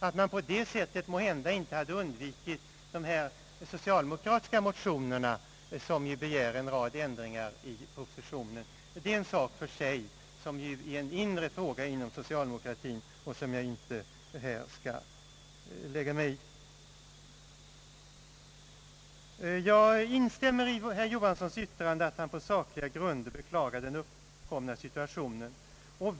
Att man på det sättet måhända inte hade undvikit de socialdemokratiska motionerna, i vilka det begärs en rad ändringar i propositionen, är ju en inre fråga inom socialdemokratin som jag inte här skall lägga mig i. Jag instämmer i herr Johanssons yttrande när han på sakliga grunder beklagar den uppkomna situationen.